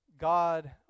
God